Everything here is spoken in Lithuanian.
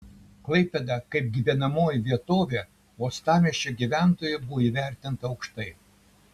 klaipėda kaip gyvenamoji vietovė uostamiesčio gyventojų buvo įvertinta aukštai